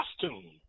costume